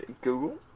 Google